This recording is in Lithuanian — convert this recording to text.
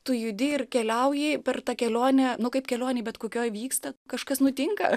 tu judi ir keliauji per tą kelionę nu kaip kelionėj bet kokioj vyksta kažkas nutinka